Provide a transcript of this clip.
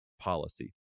policy